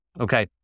okay